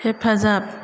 हेफाजाब